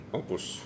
opus